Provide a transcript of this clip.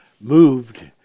moved